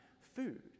food